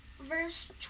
verse